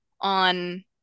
on